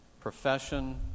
profession